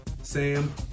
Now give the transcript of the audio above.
Sam